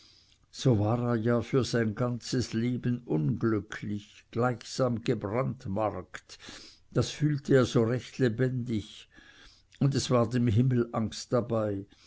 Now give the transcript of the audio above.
so war er ja für sein ganzes leben unglücklich gleichsam gebrandmarkt das fühlte er so recht lebendig und es ward ihm himmelangst dabei